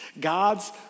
God's